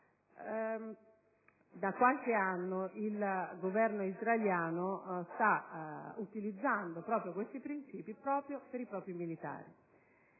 Da qualche anno il Governo israeliano sta utilizzando questi principi per i propri militari,